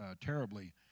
terribly